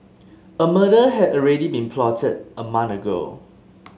a murder had already been plotted a month ago